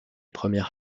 premières